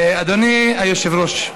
אדוני היושב-ראש,